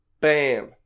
bam